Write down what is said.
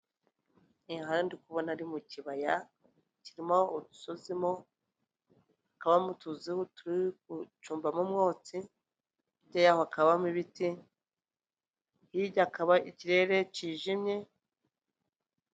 Iruhande ndi kubona ari mu kibaya kirimo udusozi mo, hakabamo utuzu turi gucumbamo umwotsi, hirya yaho hakabamo ibiti, hiryakaba ikirere kijimye,